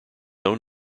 own